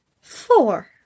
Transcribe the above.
Four